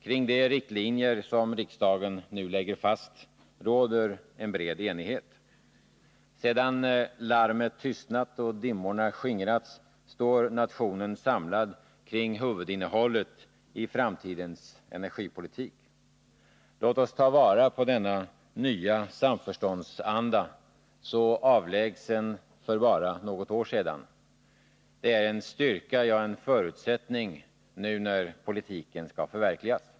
Kring de riktlinjer som riksdagen lägger fast i dag råder en bred enighet. Sedan larmet tystnat och dimmorna skingrats står nationen samlad kring huvudinnehållet i framtidens energipolitik. Låt oss ta vara på denna nya samförståndsanda — så avlägsen för bara något år sedan. Den är en styrka, ja, en förutsättning nu när politiken skall förverkligas.